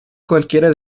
cualquiera